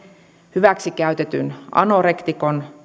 hyväksikäytetyn anorektikon